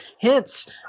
hence